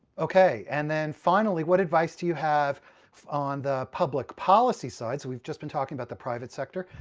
ok. and then, finally, what advice do you have on the public policy side? so we've just been talking about the private sector.